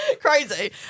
Crazy